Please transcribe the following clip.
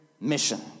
mission